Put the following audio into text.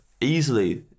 easily